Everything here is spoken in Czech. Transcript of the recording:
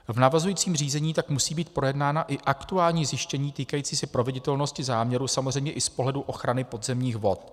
V navazujícím řízení tak musí být projednána i aktuální zjištění týkající se proveditelnosti záměru samozřejmě i z pohledu ochrany podzemních vod.